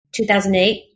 2008